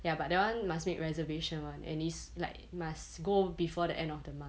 ya but that one must make reservation [one] and it's like must go before the end of the month